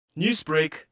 Newsbreak